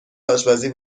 آشپزی